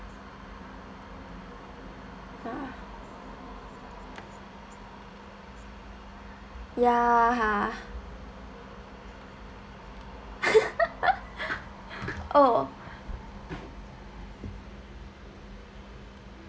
ya ya ha oh